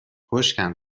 خشکم